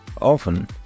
often